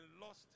lost